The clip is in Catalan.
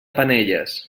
penelles